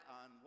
on